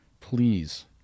Please